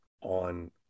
on